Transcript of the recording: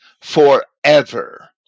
forever